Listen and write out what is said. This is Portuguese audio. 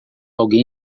alguém